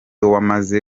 wamaze